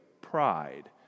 pride